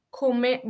come